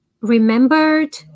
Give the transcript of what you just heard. remembered